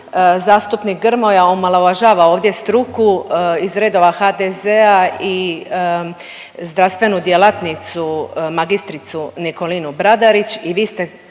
Zastupnik Grmoja omalovažava ovdje struku iz redova HDZ-a i zdravstvenu djelatnicu magistricu Nikolinu Bradarić